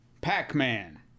Pac-Man